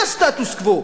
מה סטטוס קוו?